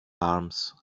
arms